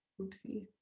Oopsie